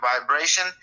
vibration